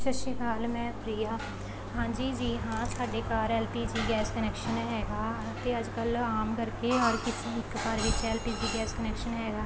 ਸਤਿ ਸ਼੍ਰੀ ਅਕਾਲ ਮੈਂ ਪ੍ਰਿਆ ਹਾਂਜੀ ਜੀ ਹਾਂ ਸਾਡੇ ਘਰ L P G gas connection ਹੈਗਾ ਅਤੇ ਅੱਜ ਕੱਲ੍ਹ ਆਮ ਕਰਕੇ ਹਰ ਕਿਸੇ ਇੱਕ ਘਰ ਵਿੱਚ L P G gas connection ਹੈਗਾ